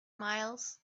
miles